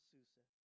Susa